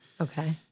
Okay